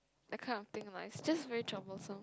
that kind of thing lah it's just very troublesome